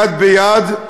יד ביד,